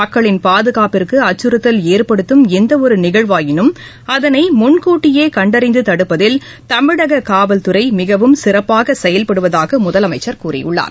மக்களின் பாதுகாப்பிற்கு அச்சுறுத்தல் ஏற்படுத்தும் எந்தவொரு நிகழ்வாயினும் அதனை முன்கூட்டியே கண்டறிந்து தடுப்பதில் தமிழக காவல்துறை மிகவும் சிறப்பாக செயல்படுவதாக முதலமைச்சர் கூறியுள்ளார்